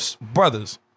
brothers